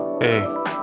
Hey